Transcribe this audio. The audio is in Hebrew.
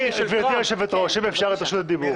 גברתי יושבת הראש, אם אפשר לקבל את רשות הדיבור.